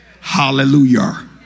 Hallelujah